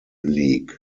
league